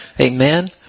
Amen